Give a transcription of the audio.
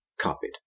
copied